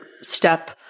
step